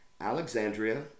Alexandria